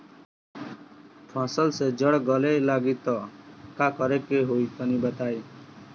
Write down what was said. फसल के जड़ गले लागि त का करेके होई तनि बताई?